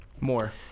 More